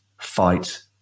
fight